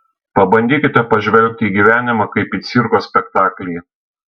pabandykite pažvelgti į gyvenimą kaip į cirko spektaklį